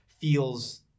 feels